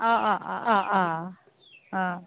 অঁ অঁ অঁ অঁ অঁ অঁ